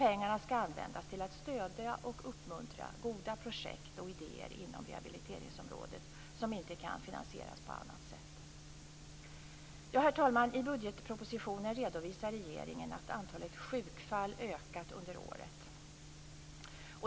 Pengarna skall användas till att stödja och uppmuntra goda projekt och idéer inom rehabiliteringsområdet som inte kan finansieras på annat sätt. Herr talman! I budgetpropositionen redovisar regeringen att antalet sjukfall ökat under året.